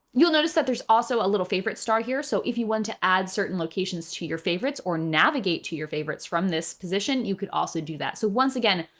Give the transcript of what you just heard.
you'll notice that there's also a little favorite star here. so if you want to add certain locations to your favorites or navigate to your favorites from this position, you could also do that. so once again,